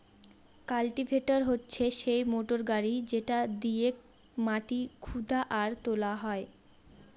cultivator হচ্ছে সেই motor গাড়ি যেটা দিয়েক মাটি খুদা আর তোলা হয়